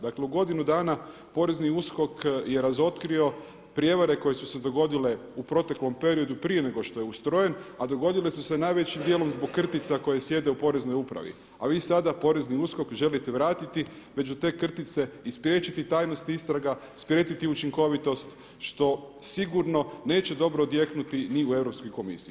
Dakle, u godinu dana porezni USKOK je razotkrio prijevare koje su se dogodile u proteklom periodu prije nego što je ustrojen, a dogodile su se najvećim dijelom zbog krtica koje sjede u Poreznoj upravi, a vi sada porezni USKOK želite vratiti među te krtice i spriječiti tajnost istraga, spriječiti učinkovitost što sigurno neće dobro odjeknuti niti u Europskoj komisiji.